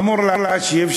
אמור להשיב,